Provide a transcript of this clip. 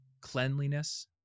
cleanliness